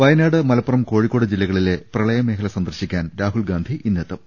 വയനാട് മലപ്പുറം കോഴിക്കോട് ജില്ലകളിലെ പ്രളയ മേഖല സന്ദർശിക്കാൻ രാഹുൽ ഗാന്ധി ഇന്നെത്തും